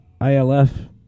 ILF